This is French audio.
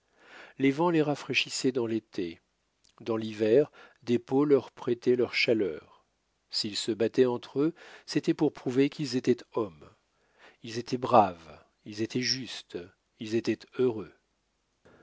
les vents les rafraîchissaient dans l'été dans l'hiver des peaux leur prêtaient leur chaleur s'ils se battaient entre eux c'était pour prouver qu'ils étaient hommes ils étaient braves ils étaient justes ils étaient heureux